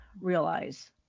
realize